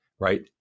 right